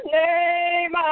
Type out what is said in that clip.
name